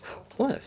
what